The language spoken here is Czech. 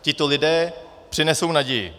Tito lidé přinesou naději.